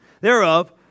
thereof